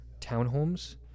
townhomes